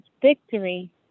victory